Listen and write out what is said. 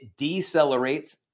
decelerates